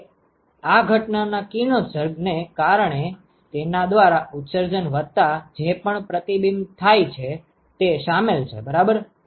હવે આ ઘટનાના કિરણોત્સર્ગ ને કારણે તેના દ્વારા ઉત્સર્જન વત્તા જે પણ પ્રતિબિંબિત થાય છે તે શામેલ છે બરાબર